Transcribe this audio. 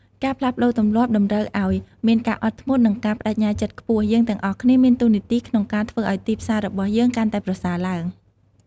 ការផ្លាស់ប្តូរទម្លាប់តម្រូវឲ្យមានការអត់ធ្មត់ និងការប្តេជ្ញាចិត្តខ្ពស់ យើងទាំងអស់គ្នាមានតួនាទីក្នុងការធ្វើឲ្យទីផ្សាររបស់យើងកាន់តែប្រសើរឡើង។